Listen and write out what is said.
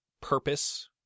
purpose